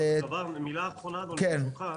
ומילה אחרונה, ברשותך,